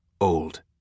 Old